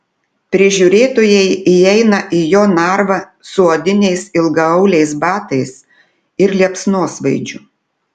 prižiūrėtojai įeina į jo narvą su odiniais ilgaauliais batais ir liepsnosvaidžiu